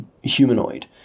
humanoid